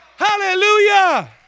Hallelujah